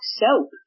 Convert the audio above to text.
soap